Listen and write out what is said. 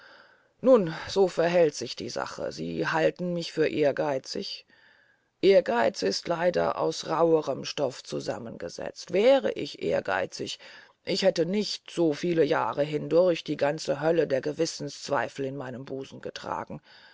nun so verhält sich die sache sie halten mich für ehrgeizig ehrgeiz ist leider aus rauherem stoff zusammen gesetzt wär ich ehrgeizig ich hätte nicht so viele jahre hindurch die ganze hölle der gewissenszweifel in meinem busen getragen